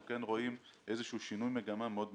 אנחנו כן רואים איזשהו שינוי מגמה מאוד משמעותי.